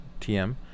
TM